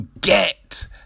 get